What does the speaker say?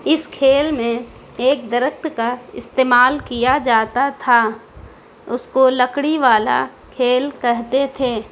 اس کھیل میں ایک درخت کا استعمال کیا جاتا تھا اس کو لکڑی والا کھیل کہتے تھے